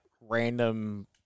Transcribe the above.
random